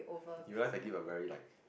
you guys like give a very like